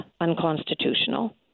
unconstitutional